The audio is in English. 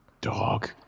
Dog